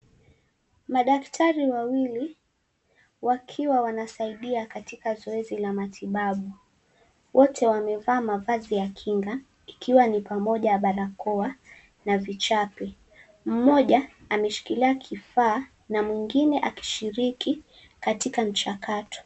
Madaktari wawili wakiwa wanasaidia katika zoezi la matibabu. Wote wamevaa mavazi ya kinga ikiwa pamoja na barakoa na vichape, mmoja ameshikilia kifaa na mwingine akishiriki katika mchakato.